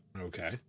Okay